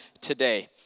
today